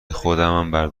خودمم